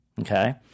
okay